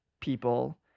people